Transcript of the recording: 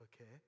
Okay